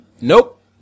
Nope